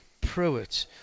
Pruitt